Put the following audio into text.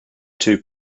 two